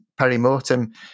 perimortem